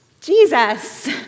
Jesus